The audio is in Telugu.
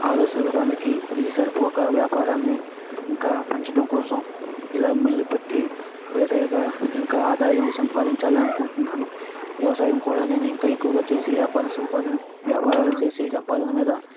ఆలోచన విధానానికి ఇది సరిపోక వ్యాపారాన్ని ఇంకా పెంచడం కోసం ఇలా మిల్లు పెట్టి వేరేగా ఇంకా ఆదాయం సంపాదించాలి అనుకుంటున్నాను వ్యవసాయం కూడా నేను ఇంకా ఎక్కువగా చేసి వ్యాపారం సంపా వ్యాపారాలు చేసి సంపాదన మీద